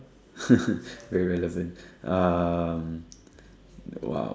very relevant um the !wow!